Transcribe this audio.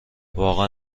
واقعا